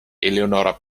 eleonora